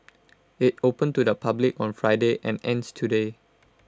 IT opened to the public on Friday and ends today